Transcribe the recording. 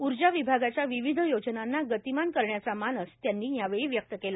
उर्जा विभागाच्या विविध योजनांना गतिमान करण्याचा मानस त्यांनी यावेळी व्यक्त केला